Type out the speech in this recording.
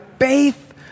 faith